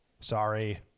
sorry